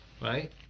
right